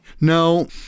No